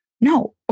no